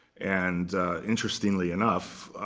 and interestingly enough,